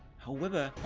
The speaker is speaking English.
however,